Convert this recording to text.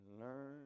learn